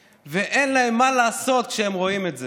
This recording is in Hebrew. ואין להם מה לעשות כשהם רואים את זה?